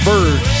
Bird